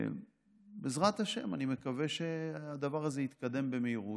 בעזרת השם, אני מקווה שהדבר הזה יתקדם במהירות.